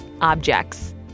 objects